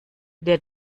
der